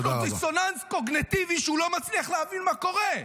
יש פה דיסוננס קוגניטיבי שהוא לא מצליח להבין מה קורה.